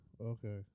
Okay